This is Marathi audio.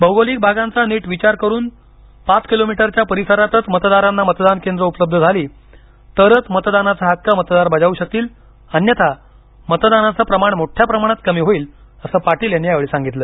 भौगोलिक भागांचा नीट विचार करून पाच किलोमीटरच्या परिसरातच मतदारांना मतदान केंद्र उपलब्ध झाली तरच मतदानाचा हक्क मतदार बजावू शकतील अन्यथा मतदानाचं प्रमाण मोठ्या प्रमाणात कमी होईल असं पाटील यांनी यावेळी सांगितलं